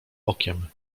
okiem